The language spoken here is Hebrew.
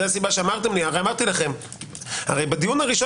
הרי אמרתי לכם בדיון הראשון